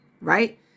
right